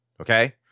okay